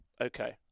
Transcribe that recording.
Okay